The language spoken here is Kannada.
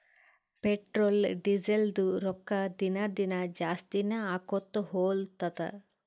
ಪೆಟ್ರೋಲ್, ಡೀಸೆಲ್ದು ರೊಕ್ಕಾ ದಿನಾ ದಿನಾ ಜಾಸ್ತಿನೇ ಆಕೊತ್ತು ಹೊಲತ್ತುದ್